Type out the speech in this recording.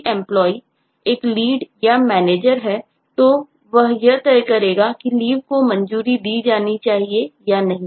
यदि Employee एक Lead या Manager है तो वह यह तय करेगा कि Leave को मंजूरी दी जानी चाहिए या नहीं